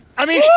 i mean,